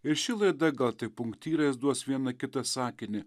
ir ši laida gal tik punktyrais duos vieną kitą sakinį